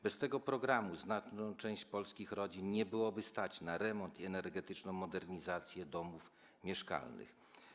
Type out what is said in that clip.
Bez tego programu znacznej części polskich rodzin nie byłoby stać na remont i energetyczną modernizację domów mieszkalnych.